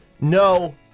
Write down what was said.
No